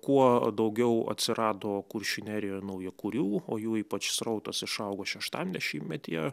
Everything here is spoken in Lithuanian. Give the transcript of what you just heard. kuo daugiau atsirado kuršių nerijoj naujakurių o jų ypač srautas išaugo šeštam dešimtmetyje